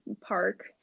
park